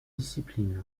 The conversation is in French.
discipline